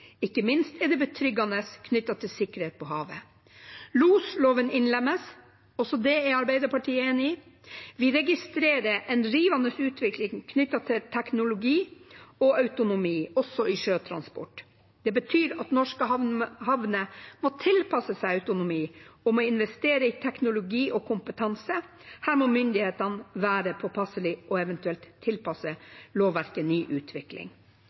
Ikke minst er det betryggende knyttet til sikkerhet på havet. Losloven innlemmes, og også det er Arbeiderpartiet enig i. Vi registrerer en rivende utvikling knyttet til teknologi og autonomi, også i sjøtransport. Det betyr at norske havner må tilpasse seg autonomi, og må investere i teknologi og kompetanse. Her må myndighetene være påpasselige og eventuelt tilpasse lovverket ny utvikling.